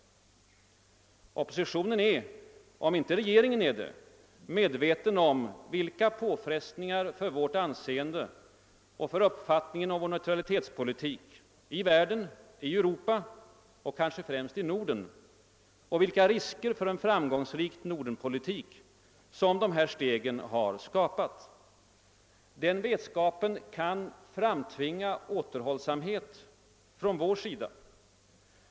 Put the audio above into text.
Oppositionen är, om inte regeringen är det, medveten om vilka påfrestningar för vårt anseende och för uppfattningen om vår neutralitetspolitik i världen, i Europa och kanske främst i Norden och vilka risker för en framgångsrik Nordenpolitik som de här stegen har skapat. Den vetskapen kan framtvinga återhållsamhet från vår sida.